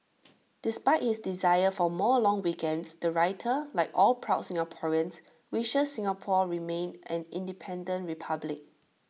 despite his desire for more long weekends the writer like all proud Singaporeans wishes Singapore remains an independent republic